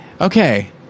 okay